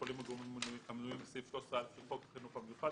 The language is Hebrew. יכולים הגורמים המנויים בסעיף 13(א) שחל חוק חינוך מיוחד,